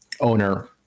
owner